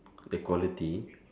the quality